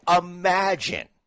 imagine